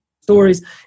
stories